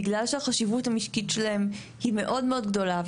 בגלל שהחשיבות המשקית שלהם היא מאוד מאוד גדולה.